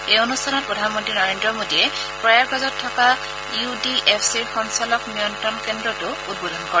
এই অনুষ্ঠানত প্ৰধানমন্ত্ৰী নৰেন্দ্ৰ মোডীয়ে প্ৰয়াগৰাজত থকা ই ডি এফ চিৰ সঞ্চালন নিয়ন্ত্ৰণ কেন্দ্ৰটোও উদ্বোধন কৰে